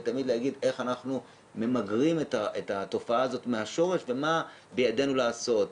ותמיד להגיד איך אנחנו ממגרים את התופעה הזאת מהשורש ומה בידינו לעשות.